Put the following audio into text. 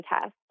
test